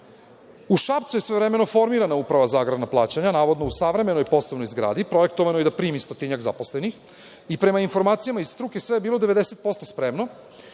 Šapcu je svojevremeno formirana Uprava za agrarna plaćanja, navodno u savremenoj poslovnoj zgradi, projektovanoj da primi stotinak zaposlenih. Prema informacijama iz struke, sve je bilo 90% spremno